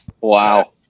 Wow